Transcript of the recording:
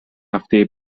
هفته